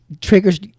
triggers